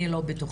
אני לא בטוחה.